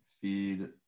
feed